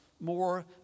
more